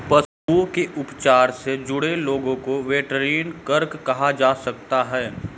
पशुओं के उपचार से जुड़े लोगों को वेटरनरी वर्कर कहा जा सकता है